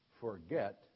forget